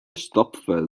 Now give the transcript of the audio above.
stopfte